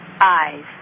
eyes